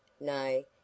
nay